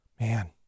Man